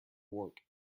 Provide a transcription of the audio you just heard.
work